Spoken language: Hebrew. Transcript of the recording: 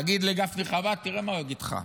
תגיד לגפני חב"ד, תראה מה הוא יגיד לך.